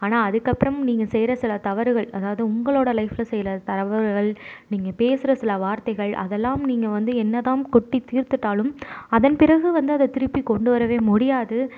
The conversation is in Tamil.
ஆனால் அதுக்கப்புறம் நீங்கள் செய்கிற சில தவறுகள் அதாவது உங்களோட லைஃபில் சில தவறுகள் நீங்கள் பேசுகிற சில வார்த்தைகள் அதெல்லாம் நீங்கள் வந்து என்ன தான் கொட்டி தீர்த்துவிட்டாலும் அதன் பிறகு வந்து அதை திருப்பி கொண்டு வரவே முடியாது